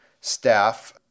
staff